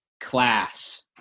class